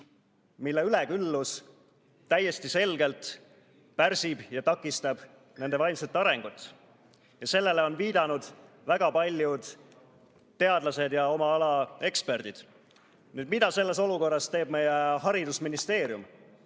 mille üleküllus täiesti selgelt pärsib ja takistab nende vaimset arengut. Sellele on viidanud väga paljud teadlased ja oma ala eksperdid. Mida teeb selles olukorras haridusministeerium?